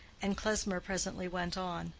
and klesmer presently went on